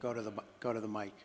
go to the go to the mike